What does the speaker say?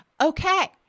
Okay